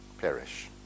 perish